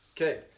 Okay